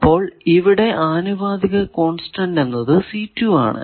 അപ്പോൾ ഇവിടെ ആനുപാതിക കോൺസ്റ്റന്റ് എന്നത് ആണ്